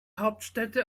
hauptstädte